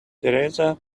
teresa